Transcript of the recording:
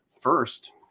first